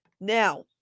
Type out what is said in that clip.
Now